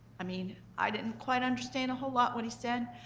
i mean, i didn't quite understand a whole lot what he said,